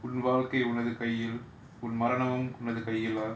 உன் வாழ்க்கை உன் கையில் உன் மரணமும் உனது கையிலா:un vaalkai un kaiyil un maranamum unathu kaiyila